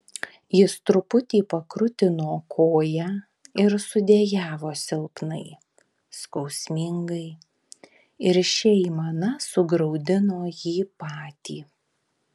jis truputį pakrutino koją ir sudejavo silpnai skausmingai ir ši aimana sugraudino jį patį